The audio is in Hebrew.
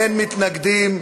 אין מתנגדים.